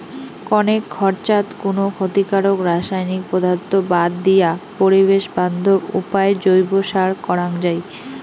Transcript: কণেক খরচাত কুনো ক্ষতিকারক রাসায়নিক পদার্থ বাদ দিয়া পরিবেশ বান্ধব উপায় জৈব সার করাং যাই